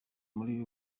muri